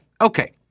Okay